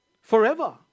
forever